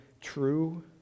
true